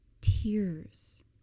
tears